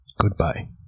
Goodbye